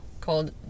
called